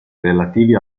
relativi